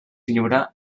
lliure